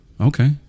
okay